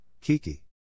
Kiki